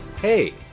Hey